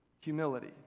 Humility